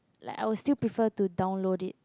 like I will still prefer to download it